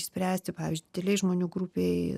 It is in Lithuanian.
išspręsti pavyzdžiui didelėj žmonių grupėj